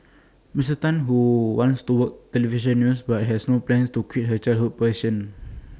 miss Tan who wants to work Television news but has no plans to quit her childhood passion